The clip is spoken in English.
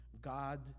God